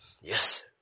Yes